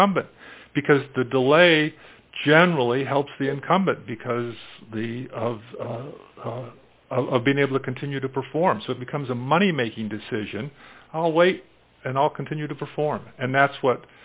incumbent because the delay generally helps the incumbent because the of of being able to continue to perform so it becomes a money making decision i'll wait and i'll continue to perform and that's what